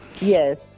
Yes